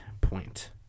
point